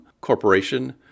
Corporation